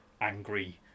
angry